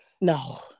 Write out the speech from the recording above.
No